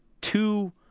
two